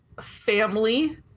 family